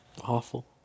Awful